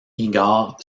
igor